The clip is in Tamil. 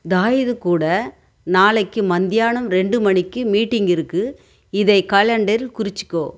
தாஹிர் கூட நாளைக்கு மத்தியானம் ரெண்டு மணிக்கு மீட்டிங் இருக்கு இதைக் கேலண்ட்ரில் குறிச்சிக்கோ